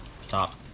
stop